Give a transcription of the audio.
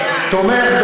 הרווחה.